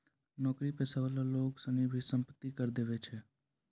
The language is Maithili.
नौकरी पेशा वाला लोग सनी भी सम्पत्ति कर देवै छै